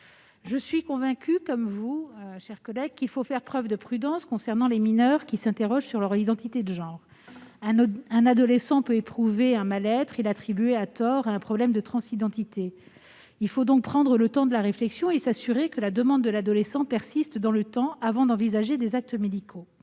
Je suis convaincue comme vous, chère collègue, qu'il faut faire preuve de prudence envers les mineurs qui s'interrogent sur leur identité de genre. Un adolescent peut éprouver un mal-être et l'attribuer à tort à un problème de transidentité. Il faut donc prendre le temps de la réflexion et s'assurer que la demande de l'adolescent persiste dans le temps, avant d'envisager des actes médicaux.